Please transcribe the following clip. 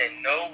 no